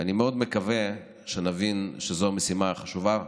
ואני מאוד מקווה שנבין שזו משימה חשובה,